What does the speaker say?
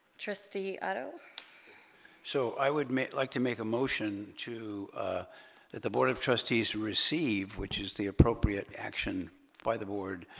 trustee otto so i would like to make a motion to that the board of trustees receive which is the appropriate action by the board